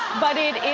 but it